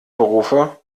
berufe